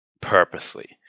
purposely